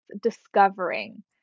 discovering